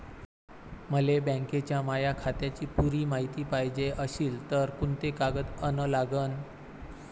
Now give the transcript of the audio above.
मले बँकेच्या माया खात्याची पुरी मायती पायजे अशील तर कुंते कागद अन लागन?